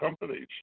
companies